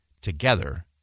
Together